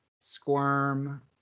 Squirm